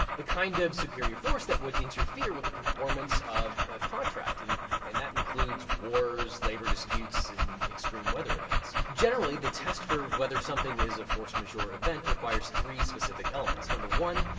the kind of superior force that would interfere with the performance of a contract, and and that includes wars, labor disputes, and extreme weather events. generally, the test for whether something is a force majeure event requires three specific elements. number one,